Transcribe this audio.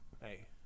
Hey